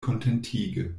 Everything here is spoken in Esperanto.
kontentige